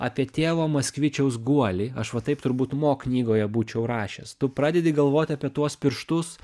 apie tėvo maskvyčiaus guolį aš va taip turbūt mo knygoje būčiau rašęs tu pradedi galvoti apie tuos pirštus